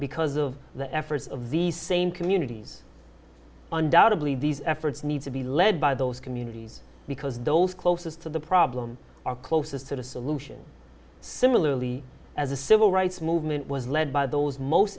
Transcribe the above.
because of the efforts of these same communities undoubtably these efforts need to be led by those communities because those closest to the problem are closest to the solution similarly as a civil rights movement was led by those most